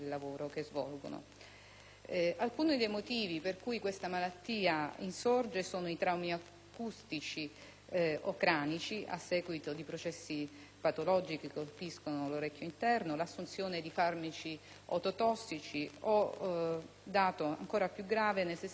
Alcuni dei motivi per cui questa malattia insorge sono i traumi acustici o cranici, a seguito di processi patologici che colpiscono l'orecchio interno, l'assunzione di farmaci ototossici o - dato ancora più grave - nel 60 per cento